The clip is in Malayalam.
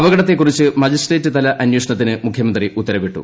അപകടത്തെ കുറിച്ച് മജിസ്ട്രേറ്റ് തല അന്വേഷണത്തിന് മുഖ്യമന്ത്രി ഉത്തരവിട്ടു